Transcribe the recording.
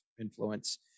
influence